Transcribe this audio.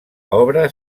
obra